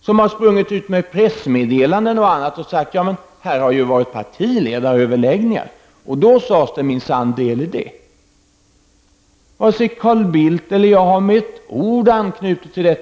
som har lämnat pressmeddelanden om att det har förts partiledaröverläggningar där det och det har sagts. Varken Carl Bildt eller jag har med ett ord anknutit till detta.